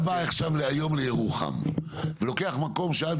אם אתה בא היום לירוחם ולוקח מקום שעד